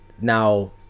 now